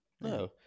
No